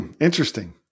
Interesting